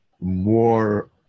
more